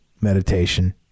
meditation